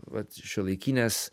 vat šiuolaikinės